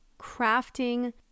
crafting